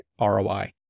ROI